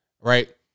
Right